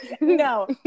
No